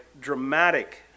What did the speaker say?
dramatic